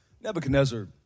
Nebuchadnezzar